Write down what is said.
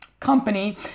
company